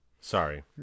sorry